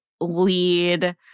lead